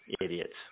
idiots